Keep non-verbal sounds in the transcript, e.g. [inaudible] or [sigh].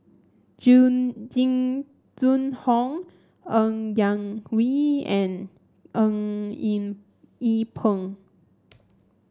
June Jing Jun Hong Ng Yak Whee and Eng [unintelligible] Yee Peng